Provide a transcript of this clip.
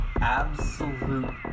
absolute